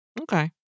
Okay